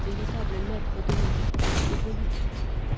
véritable lèpre d'oves de volutes